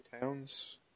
towns